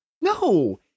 no